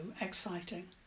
exciting